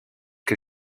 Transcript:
que